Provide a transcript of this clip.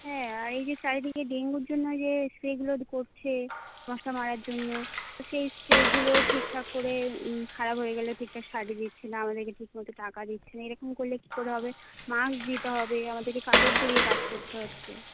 হ্যাঁ আর এই যে চারিদিকে ডেঙ্গুর জন্য যে স্প্রেগুলো করছে মশা মারার জন্য সেই স্প্রেগুলো ঠিক ঠাক করে খারাপ হয়ে গেলে ঠিক ঠাক সারিয়ে দিচ্ছে না আমাদের কে ঠিক মত টাকা দিচ্ছে না এরকম করলে কী করে হবে মাস্ক দিতে হবে আমাদের কে কাপড় জড়িয়ে কাজ করতে হচ্ছে